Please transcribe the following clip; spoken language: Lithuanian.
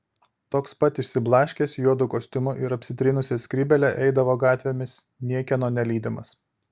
toks pat išsiblaškęs juodu kostiumu ir apsitrynusia skrybėle eidavo gatvėmis niekieno nelydimas